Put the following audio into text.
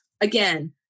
again